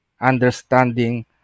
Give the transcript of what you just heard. understanding